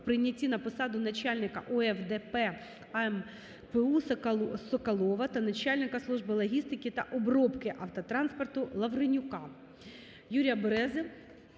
прийняті на посаду начальника ОФ ДП "АМПУ" Соколова та начальника служби логістики та обробки автотранспорту Лавренюка.